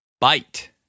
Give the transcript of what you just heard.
Bite